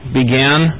began